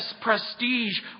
prestige